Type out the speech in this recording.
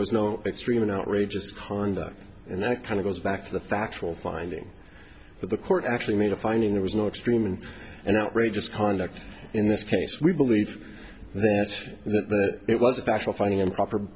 was no extreme an outrageous conduct and that kind of goes back to the factual finding that the court actually made a finding there was no extreme in an outrageous conduct in this case we believe that it was a special finding improper